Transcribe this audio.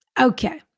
Okay